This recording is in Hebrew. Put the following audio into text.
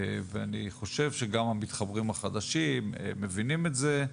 ואני חושב שגם המתחברים החדשים מבינים את זה,